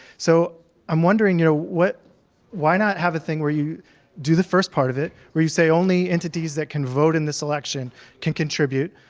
so i'm wondering you know why not have a thing where you do the first part of it, where you say, only entities that can vote in this election can contribute.